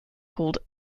called